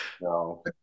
No